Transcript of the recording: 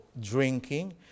drinking